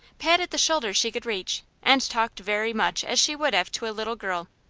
patted the shoulder she could reach, and talked very much as she would have to a little girl.